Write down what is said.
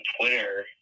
Twitter